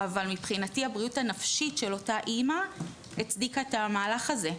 אבל מבחינתי הבריאות הנפשית של אותה אימא הצדיקה את המהלך הזה,